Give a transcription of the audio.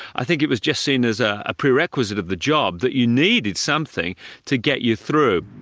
i think it was just seen as a prerequisite of the job, that you needed something to get you through.